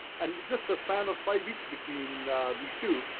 and just a span of five weeks between these two.